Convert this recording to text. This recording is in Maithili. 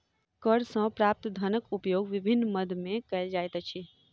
कर सॅ प्राप्त धनक उपयोग विभिन्न मद मे कयल जाइत अछि